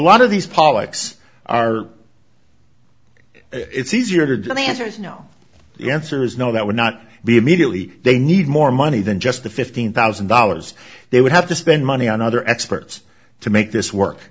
lot of these pollocks are it's easier to do the answer is no the answer is no that would not be immediately they need more money than just the fifteen thousand dollars they would have to spend money on other experts to make this work